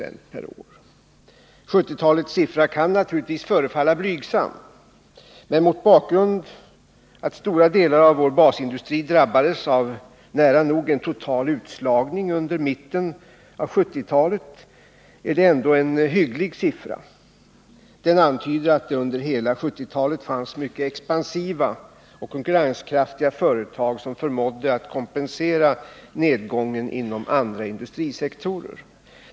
1970-talets siffra kan naturligtvis förefalla blygsam, men mot bakgrund av att stora delar av vår basindustri drabbades av nära nog en total utslagning under mitten av 1970-talet är det ändå en hygglig siffra. Den antyder att det under hela 1970-talet fanns mycket expansiva och konkurrenskraftiga företag, som förmådde att kompensera nedgången inom andra industrisek torer.